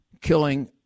killing